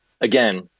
again